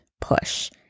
push